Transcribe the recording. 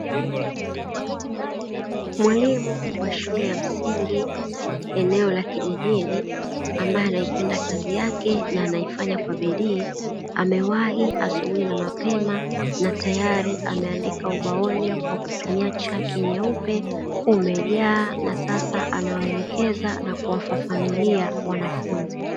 Mwalimu wa shule ya msingi eneo la kijijini, ambaye anaipenda kazi yake na anaifanya kwa bidii, amewahi asubuhi na mapema na tayari ameandika ubaoni kwa kutumia chaki nyeupe, umejaa na sasa anawaelekeza na kuwafafanulia wanafunzi.